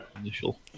initial